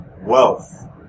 wealth